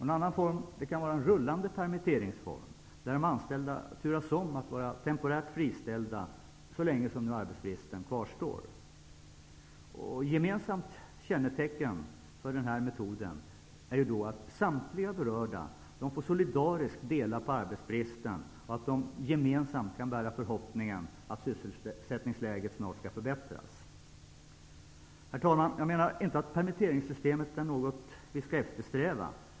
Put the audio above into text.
En annan form kan vara en rullande permittering, där de anställda turas om att vara temporärt friställda så länge som arbetsbristen kvarstår. Ett kännetecken för den här metoden är att samtliga berörda solidariskt får dela på arbetsbristen och att de gemensamt kan bära förhoppningen att sysselsättningsläget snart skall förbättras. Herr talman! Jag menar inte att permitteringssystemet är något som vi skall eftersträva.